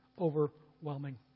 overwhelming